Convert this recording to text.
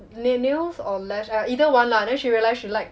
n~ nails or lash or either one lah then she realised she like